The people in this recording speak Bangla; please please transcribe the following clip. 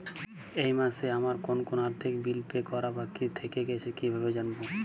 এই মাসে আমার কোন কোন আর্থিক বিল পে করা বাকী থেকে গেছে কীভাবে জানব?